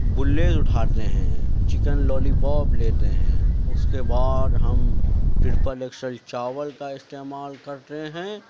blaze اٹھاتے ہیں chicken lollipop لیتے ہیں اس کے بعد ہم ترپل ایکسل چاول کا استعمال کرتے ہیں